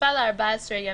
תקפה ל-14 ימים.